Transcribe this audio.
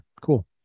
cool